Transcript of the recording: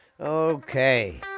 Okay